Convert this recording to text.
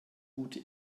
gute